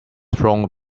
thrown